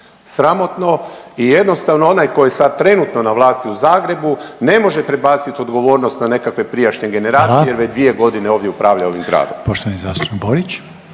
sramotno i jednostavno onaj ko je sad trenutno na vlasti u Zagrebu ne može prebacit odgovornost na nekakve prijašnje generacije…/Upadica Reiner: Hvala/… jer već 2.g. ovdje upravlja ovim gradom.